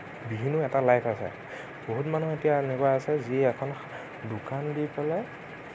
এটা লাইফ আছে বহুত মানুহ এতিয়া এনেকুৱা আছে যিয়ে এখন দোকান দি পেলাই